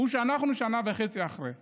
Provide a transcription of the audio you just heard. הוא שאנחנו שנה וחצי אחרי כן,